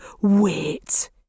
wait